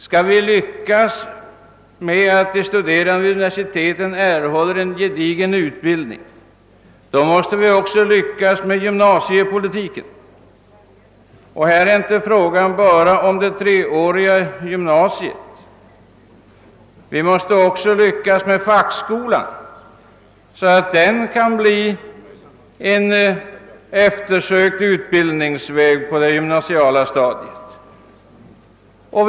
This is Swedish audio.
Skall vi lyckas ge de studerande vid universiteten en gedigen utbildning, måste vi också lyckas med gymnasiepolitiken. Här är det inte fråga bara om det treåriga gymnasiet, utan vi måste också lyckas med fackskolan, så att den blir en eftersökt utbildningsväg på det gymnasiala stadiet.